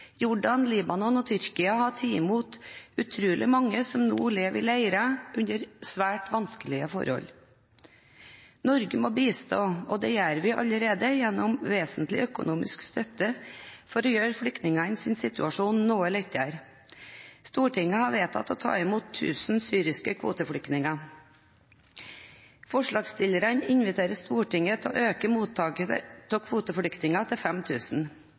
Jordan, Libanon og Tyrkia har tatt imot utrolig mange som nå lever i leirer under svært vanskelige forhold. Norge må bistå, og det gjør vi allerede gjennom vesentlig økonomisk støtte for å gjøre flyktningenes situasjon noe lettere. Stortinget har vedtatt å ta imot 1 000 syriske kvoteflyktninger. Forslagsstillerne inviterer Stortinget til å øke mottaket av kvoteflyktninger til